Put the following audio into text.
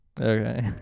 Okay